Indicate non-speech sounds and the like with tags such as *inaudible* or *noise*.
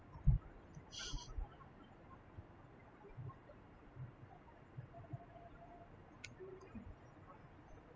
*laughs*